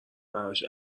براش